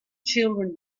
children